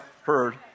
heard